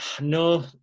no